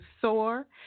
soar